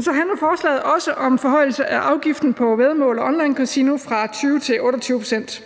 Så handler forslaget også om en forhøjelse af afgiften på væddemål og onlinekasino fra 20 pct. til 28 pct.